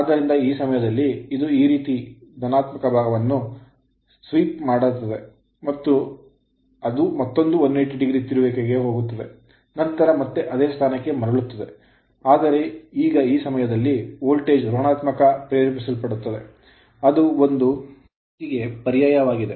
ಆದ್ದರಿಂದ ಈ ಸಮಯದಲ್ಲಿ ಇದು ಈ ರೀತಿಯ positive ಧನಾತ್ಮಕ ಭಾಗವನ್ನು ಸ್ವೀಪ್ ಗುಡಿಸುತ್ತದೆ ಮಾಡುತ್ತದೆ ಮತ್ತು ಮತ್ತೆ ಅದು ಮತ್ತೊಂದು 180o ತಿರುಗುವಿಕೆಗೆ ಹೋಗುತ್ತದೆ ನಂತರ ಮತ್ತೆ ಅದೇ ಸ್ಥಾನಕ್ಕೆ ಮರಳುತ್ತದೆ ಆದರೆ ಈಗ ಈ ಸಮಯದಲ್ಲಿ ವೋಲ್ಟೇಜ್ negative ಋಣಾತ್ಮಕವಾಗಿ ಪ್ರೇರೇಪಿಸಲ್ಪಡುತ್ತದೆ ಅದು ಒಂದು ಸುತ್ತಿಗೆ ಪರ್ಯಾಯವಾಗಿದೆ